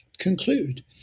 conclude